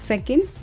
Second